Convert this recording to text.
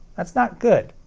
that's not good.